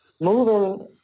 moving